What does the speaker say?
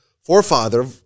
forefather